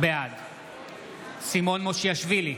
בעד סימון מושיאשוילי,